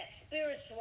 spiritual